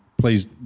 Please